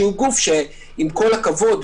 שעם כל הכבוד,